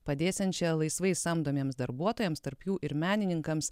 padėsiančią laisvai samdomiems darbuotojams tarp jų ir menininkams